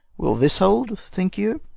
will this hold, think you?